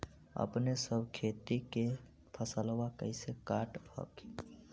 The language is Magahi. अपने सब खेती के फसलबा कैसे काट हखिन?